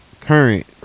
current